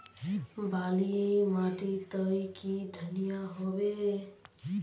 बाली माटी तई की धनिया होबे?